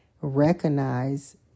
recognize